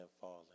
falling